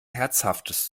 herzhaftes